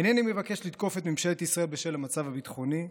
אינני מבקש לתקוף את ממשלת ישראל בשל המצב הביטחוני,